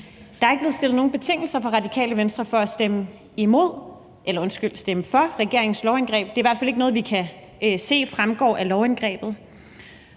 Der er ikke blevet stillet nogen betingelser fra Radikale Venstres side for at stemme for regeringens lovindgreb; det er i hvert fald ikke noget, vi kan se fremgår af lovindgrebet.